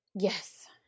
Yes